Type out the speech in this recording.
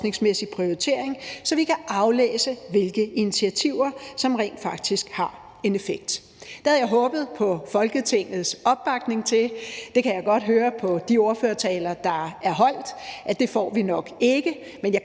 forskningsmæssig prioritering, så vi kan aflæse, hvilke initiativer som rent faktisk har en effekt. Det havde jeg håbet på Folketingets opbakning til – jeg kan godt høre på de ordførertaler, der er holdt, at det får vi nok ikke